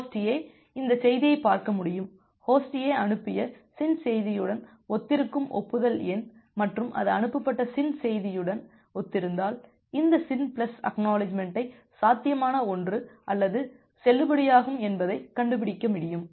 host A இந்த செய்தியை பார்க்க முடியும்ஹோஸ்ட் A அனுப்பிய SYN செய்தியுடன் ஒத்திருக்கும் ஒப்புதல் எண் மற்றும் அது அனுப்பப்பட்ட SYN செய்தியுடன் ஒத்திருந்தால் இந்த SYN பிளஸ் ACK ஐ சாத்தியமான ஒன்று அல்லது செல்லுபடியாகும் என்பதை கண்டுபிடிக்க முடியும்